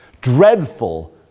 dreadful